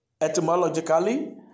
etymologically